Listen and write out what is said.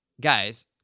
guys